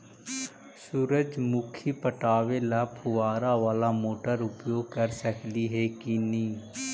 सुरजमुखी पटावे ल फुबारा बाला मोटर उपयोग कर सकली हे की न?